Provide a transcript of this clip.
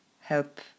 help